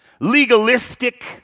legalistic